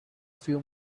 few